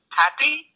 happy